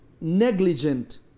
negligent